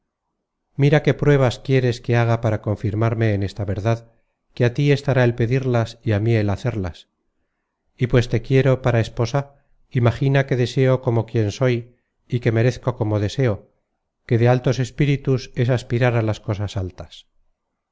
mira qué pruebas quieres que haga para confirmarte en esta verdad que á tí estará el pedirlas y á mí el hacerlas y pues te quiero para esposa imagina que deseo como quien soy y que merezco como deseo que de altos espíritus es aspirar á las cosas altas